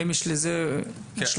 האם יש לזה השלכות?